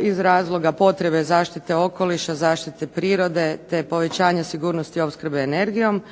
iz razloga potrebe zaštite okoliša, zaštite prirode te povećanja sigurnosti opskrbe energijom